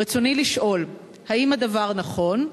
רצוני לשאול: 1. האם הדבר נכון?